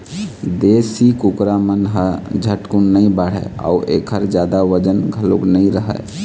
देशी कुकरा मन ह झटकुन नइ बाढ़य अउ एखर जादा बजन घलोक नइ रहय